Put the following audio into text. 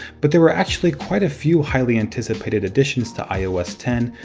but there were actually quite a few highly anticipated additions to ios ten,